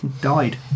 died